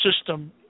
system